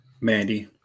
Mandy